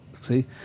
See